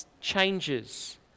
changes